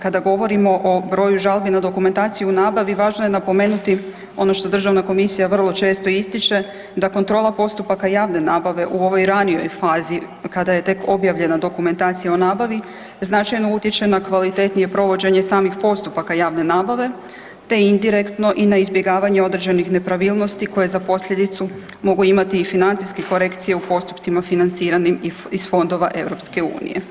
Kada govorimo o broju žalbi na dokumentaciju u nabavi važno je napomenuti ono što državna komisija vrlo često ističe da kontrola postupaka javne nabave u ovoj ranijoj fazi kada je tek objavljena dokumentacija o nabavi značajno utječe na kvalitetnije provođenje samih postupaka javne nabave, te indirektno i na izbjegavanje određenih nepravilnosti koje za posljedicu mogu imati i financijske korekcije u postupcima financiranim iz fondova EU.